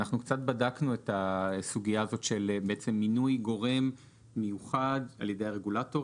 אנחנו קצת בדקנו את הסוגיה הזאת של מינוי גורם מיוחד על ידי הרגולטור,